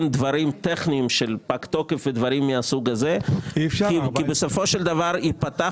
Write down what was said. דברים טכניים של פג תוקף ודברים מהסוג הזה כי בסופו של דבר ייפתח